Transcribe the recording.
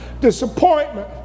disappointment